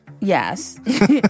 Yes